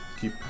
keep